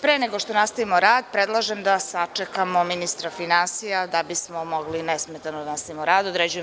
Pre nego što nastavimo rad predlažem da sačekamo ministra finansija da bi smo mogli nesmetano da nastavimo sa radom.